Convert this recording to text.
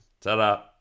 Ta-da